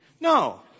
No